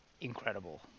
incredible